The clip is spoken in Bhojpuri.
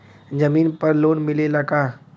जमीन पर लोन मिलेला का?